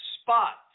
spot